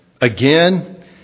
Again